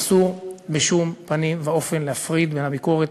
אסור בשום פנים ואופן להפריד בין הביקורת